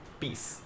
peace